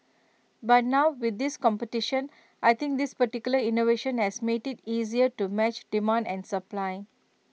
but now with this competition I think this particular innovation has made IT easier to match demand and supply